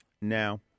Now